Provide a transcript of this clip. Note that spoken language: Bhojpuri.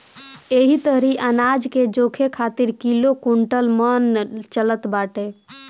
एही तरही अनाज के जोखे खातिर किलो, कुंटल, मन चलत बाटे